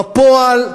בפועל,